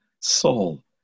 soul